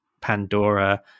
Pandora